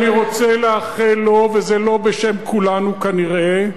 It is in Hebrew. אני רוצה לאחל לו, וזה לא בשם כולנו כנראה,